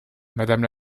madame